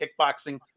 kickboxing